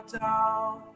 down